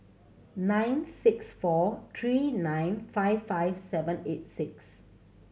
nine six four three nine five five seven eight six